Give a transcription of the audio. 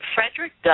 Frederick